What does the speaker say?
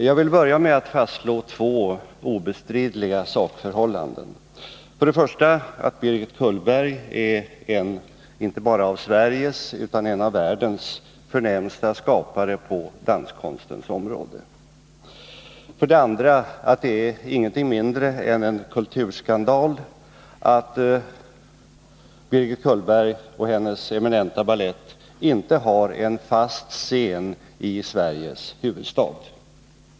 Jag vill börja med att fastslå två obestridliga sakförhållanden: för det första att Birgit Cullberg är inte bara en av Sveriges utan en av världens förnämsta skapare på danskonstens område, för det andra att det är ingenting mindre än en kulturskandal att Birgit Cullberg och hennes eminenta balett inte har en fast scen i Sveriges huvudstad.